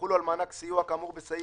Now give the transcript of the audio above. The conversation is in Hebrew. במניות החברה,